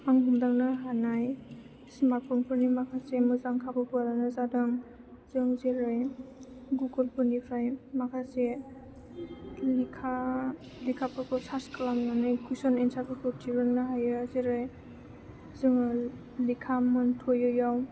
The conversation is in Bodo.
आं हमदांनो हानाय स्मार्टफ'नफोरनि माखासे मोजां खाबुफोरानो जादों जों जेरै गुगोलफोरनिफ्राय माखासे लेखाफोरखौ सार्च खालामनानै कुइस'न एन्सारफोरखौ दिहुननो हायो जेरै जोङो लेखा मोन्थ'यियाव